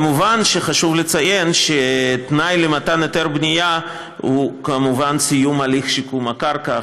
כמובן שחשוב לציין שתנאי למתן היתר בנייה הוא סיום הליך שיקום הקרקע,